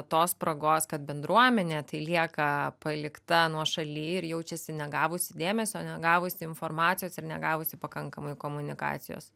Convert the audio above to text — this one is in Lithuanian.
tos spragos kad bendruomenė tai lieka palikta nuošaly ir jaučiasi negavusi dėmesio negavusi informacijos ir negavusi pakankamai komunikacijos